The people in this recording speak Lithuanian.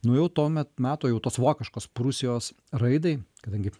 nu jau tuomet meto jau tos vokiškos prūsijos raidai kadangi